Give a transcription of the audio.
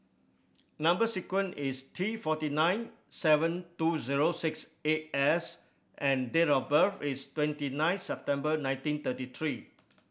number sequence is T forty nine seven two zero six eight S and date of birth is twenty nine September nineteen thirty three